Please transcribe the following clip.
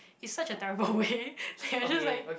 it's such terrible way there are just like